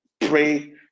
pray